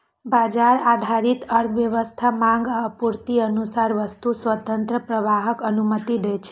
बाजार आधारित अर्थव्यवस्था मांग आ आपूर्तिक अनुसार वस्तुक स्वतंत्र प्रवाहक अनुमति दै छै